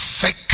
fake